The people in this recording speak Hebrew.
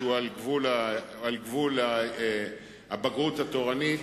שהוא על גבול הבגרות התורנית,